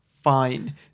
fine